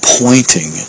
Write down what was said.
pointing